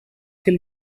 hill